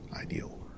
ideal